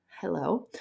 hello